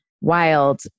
wild